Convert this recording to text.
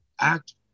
act